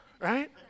right